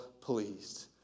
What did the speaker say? pleased